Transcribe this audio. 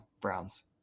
Browns